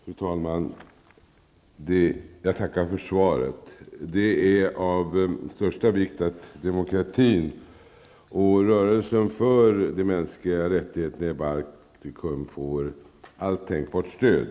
Fru talman! Jag tackar för svaret. Det är av största vikt att demokratin och rörelsen för de mänskliga rättigheterna i Baltikum får allt tänkbart stöd.